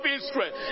Israel